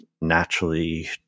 naturally